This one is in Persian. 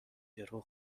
درو